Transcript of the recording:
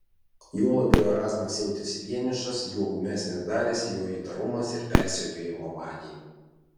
juo labiau erazmas jautėsi vienišas juo ūmesnis darėsi jo įtarumas ir persekiojimo manija